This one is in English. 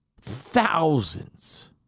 thousands